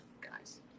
guys